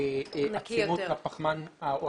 כמות הפחמן או